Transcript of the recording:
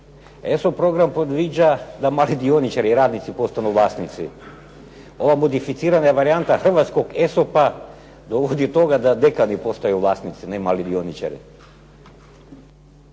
ESO program predviđa da mali dioničari, radnici postanu vlasnici. Ova modificirana varijanta hrvatskog ESOP-a dovodi do toga da dekani postaju vlasnici ne mali dioničari.